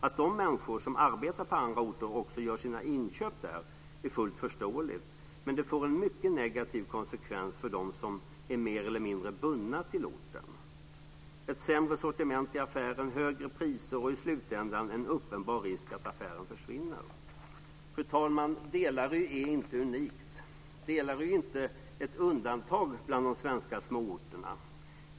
Att de människor som arbetar på andra orter också gör sina inköp där är fullt förståeligt, men det får en mycket negativ konsekvens för dem som är mer eller mindre bundna till orten: ett sämre sortiment i affären, högre priser och i slutändan en uppenbar risk att affären försvinner. Fru talman! Delary är inte unik. Delary är inte ett undantag bland de svenska småorterna.